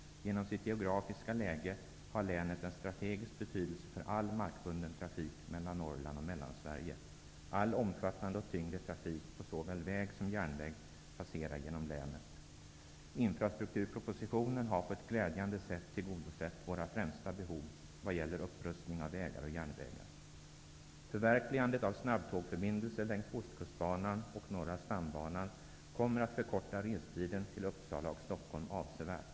Genom sitt geografiska läge har länet en strategisk betydelse för all markbunden trafik mellan Norrland och Mellansverige. All omfattande och tyngre trafik på såväl väg som järnväg passerar genom länet. Infrastrukturpropositionen har på ett glädjande sätt tillgodosett våra främsta behov vad gäller upprustning av vägar och järnvägar. Ostkustbanan och Norra stambanan kommer att förkorta restiden till Uppsala och Stockholm avsevärt.